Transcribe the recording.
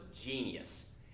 genius